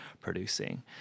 producing